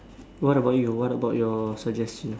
what about you what about your suggestions